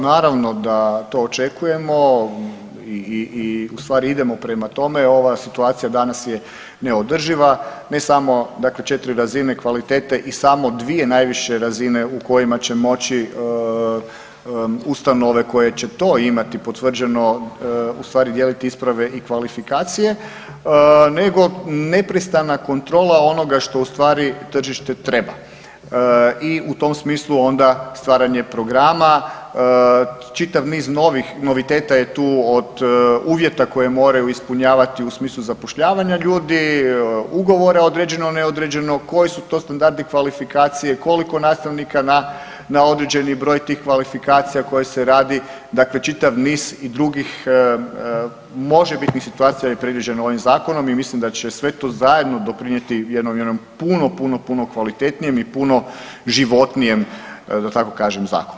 Naravno da to očekujemo i ustvari idemo prema tome, ova situacija danas je neodrživa, ne samo dakle četiri razine kvalitete i samo dvije najviše razine u kojima će moći ustanove koje će to imati potvrđeno ustvari dijeliti isprave i kvalifikacije nego neprestana kontrola onoga što tržište treba i u tom smislu onda stvaranje programa, čitav niz novih noviteta je tu od uvjeta koje moraju ispunjavati u smislu zapošljavanja ljudi, ugovora određeno-neodređeno, koji su to standardi kvalifikacije, koliko nastavnika na određeni broj tih kvalifikacija koje se radi, dakle čitav niz i drugih možebitnih situacija je predviđeno ovim zakonom i mislim da će sve to zajedno doprinijeti jednom puno, puno, puno kvalitetnijem i puno životnijem da tako kažem zakonu.